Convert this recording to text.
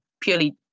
purely